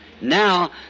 Now